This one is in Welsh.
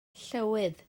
llywydd